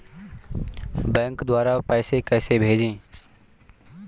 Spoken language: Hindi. बैंक द्वारा पैसे कैसे भेजें?